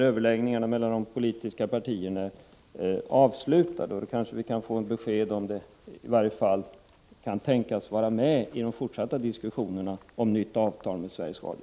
Överläggningarna mellan de politiska partierna är ju avslutade, och då kanske vi i varje fall kan få ett besked, om detta kan tänkas vara med i de fortsatta diskussionerna om nytt avtal med Sveriges Radio.